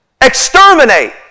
exterminate